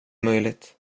möjligt